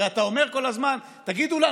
הרי אתה אומר כל הזמן: תגידו לנו.